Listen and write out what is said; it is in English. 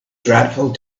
dreadful